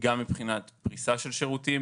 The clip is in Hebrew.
גם מבחינת פריסה של שירותים,